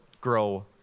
grow